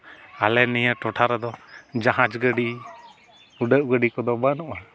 ᱟᱞᱮ ᱱᱤᱭᱟᱹ ᱴᱚᱴᱷᱟ ᱨᱮᱫᱚ ᱡᱟᱦᱟᱡᱽ ᱜᱟᱹᱰᱤ ᱩᱰᱟᱹᱜ ᱜᱟᱹᱰᱤ ᱠᱚᱫᱚ ᱵᱟᱹᱱᱩᱜᱼᱟ